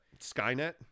Skynet